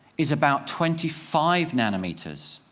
is about twenty five nanometers.